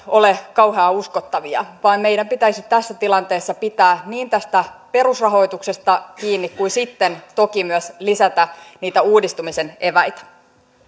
ole kauhean uskottavaa vaan meidän pitäisi tässä tilanteessa niin pitää tästä perusrahoituksesta kiinni kuin sitten toki myös lisätä niitä uudistumisen eväitä